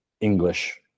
english